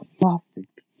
Perfect